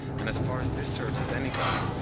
and as far as this serves as any guide,